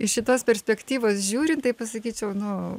iš šitos perspektyvos žiūrint tai pasakyčiau nu